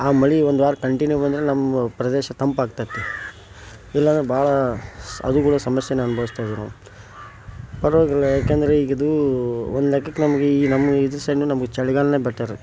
ಆ ಮಳೆ ಒಂದು ವಾರ ಕಂಟಿನ್ಯೂ ಬಂದ್ರೆ ನಮ್ಮ ಪ್ರದೇಶ ತಂಪು ಆಗ್ತೈತಿ ಇಲ್ಲ ಅಂದ್ರ ಭಾಳ ಅದು ಕೂಡ ಸಮಸ್ಯೆಯೇ ಅನುಭವಿಸ್ತೇವೆ ನಾವು ಪರವಾಗಿಲ್ಲ ಏಕೆಂದರೆ ಈಗ ಇದು ಒಂದು ಲೆಕ್ಕಕ್ಕೆ ನಮಗೆ ಈ ನಮ್ಮ ಇದು ಸೈಡು ನಮ್ಗೆ ಚಳಿಗಾಲವೇ ಬೆಟರ್